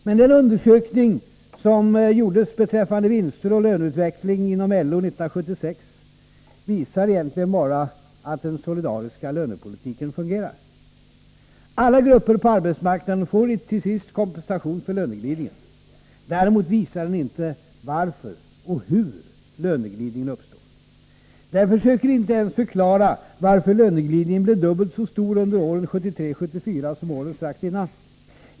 Men den undersökning som gjordes beträffande vinster och löneutveckling inom LO 1976 visar egentligen bara att den solidariska lönepolitiken fungerar. Alla grupper på arbetsmarknaden får till sist kompensation för löneglidningen. Däremot visar undersökningen inte varför och hur löneglidningen uppstår. Den försöker inte ens förklara varför löneglidningen blev dubbelt så stor under åren 1973-1974 som under åren strax innan.